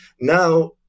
Now